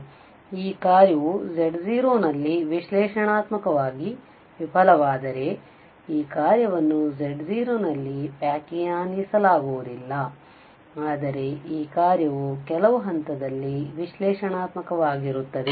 ಆದ್ದರಿಂದ ಈ ಕಾರ್ಯವು z0 ನಲ್ಲಿ ವಿಶ್ಲೇಷಣಾತ್ಮಕವಾಗಿ ವಿಫಲವಾದರೆ ಅಥವಾ ಈ ಕಾರ್ಯವನ್ನು z0 ನಲ್ಲಿ ವ್ಯಾಖ್ಯಾನಿಸಲಾಗುವುದಿಲ್ಲ ಆದರೆ ಈ ಕಾರ್ಯವು ಕೆಲವು ಹಂತದಲ್ಲಿ ವಿಶ್ಲೇಷಣಾತ್ಮಕವಾಗಿರುತ್ತದೆ